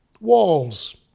Walls